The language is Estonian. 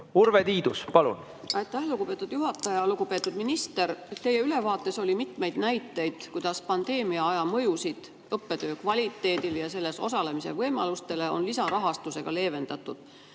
Urve Tiidus, palun!